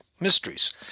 mysteries